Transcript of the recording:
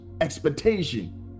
expectation